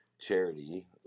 charity